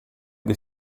dei